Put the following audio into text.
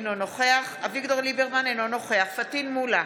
אינו נוכח אביגדור ליברמן, אינו נוכח פטין מולא,